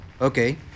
Okay